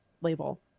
label